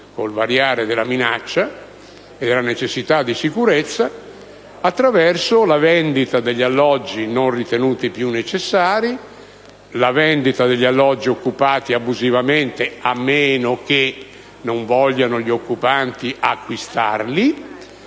il variare della minaccia e della necessità di sicurezza) attraverso la vendita degli alloggi non ritenuti più necessari, la vendita degli alloggi occupati abusivamente (a meno che gli occupanti non vogliano acquistarli,